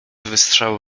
wystrzału